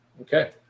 okay